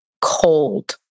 cold